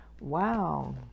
wow